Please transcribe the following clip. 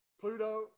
Pluto